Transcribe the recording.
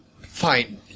Fine